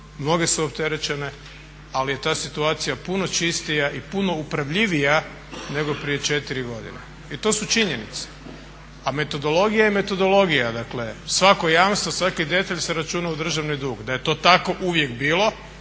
mnoge su opterećene ali je ta situacija puno čistija i puno upravljivija nego prije četiri godine i to su činjenice, a metodologija je metodologija. Dakle, svako jamstvo, svaki detalj se računa u državni dug. Da je to tako uvijek bilo